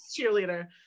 cheerleader